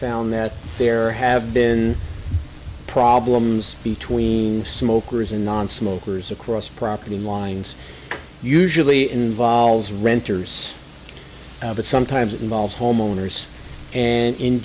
found that there have been problems between smokers and nonsmokers across property lines usually involves renters but sometimes it involves homeowners and in